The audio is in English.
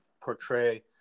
portray